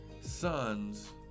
Sons